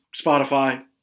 Spotify